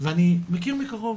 ואני מכיר מקרוב,